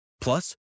Plus